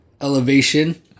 elevation